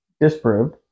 disproved